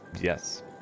Yes